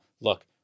look